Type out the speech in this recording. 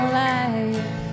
life